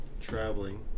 traveling